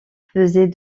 faisait